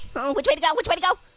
which way to go? which way to go?